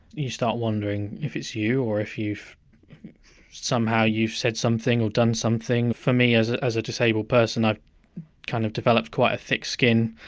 you start wondering if it's you or if you've somehow you've said something or done something. for me, as ah as a disabled person i've kind of developed quite a thick skin,